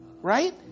Right